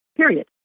period